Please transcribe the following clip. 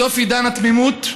סוף עידן התמימות,